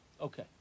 Okay